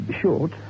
Short